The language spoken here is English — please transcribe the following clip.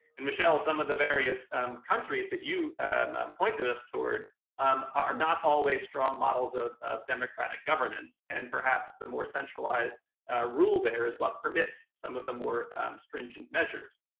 and michele, some of the various um countries that you pointed us toward um are not always strong models of of democratic governance. and perhaps the more centralized rule there is what permits, some of the more stringent measures.